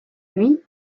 oui